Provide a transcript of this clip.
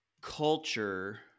culture